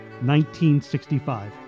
1965